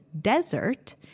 desert